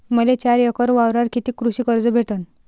मले चार एकर वावरावर कितीक कृषी कर्ज भेटन?